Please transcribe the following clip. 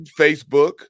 Facebook